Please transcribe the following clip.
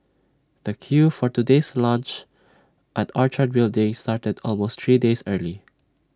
the queue for today's launch at Orchard building started almost three days early